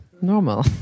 normal